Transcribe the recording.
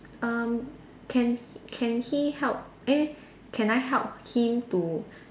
um can can he help eh can I help him to